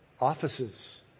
Offices